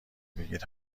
بگید